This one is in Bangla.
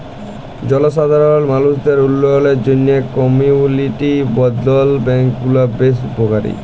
জলসাধারল মালুসের উল্ল্যয়লের জ্যনহে কমিউলিটি বলধ্ল ব্যাংক গুলা বেশ উপকারী